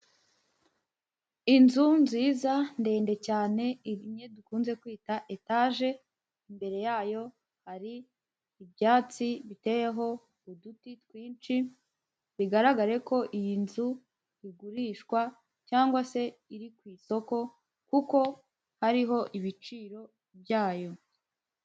Inzu nziza, ndende cyane. Imwe dukunze kwita etage, imbere yayo hari ibyatsi biteyeho uduti twinshi. Bigaragare ko iyi nzu igurishwa cyangwa se iri ku isoko, kuko hariho ibiciro byayo.